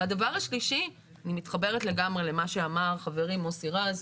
והדבר השלישי אני מתחברת לגמרי למה שאמר חברי מוסי רז,